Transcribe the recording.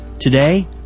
Today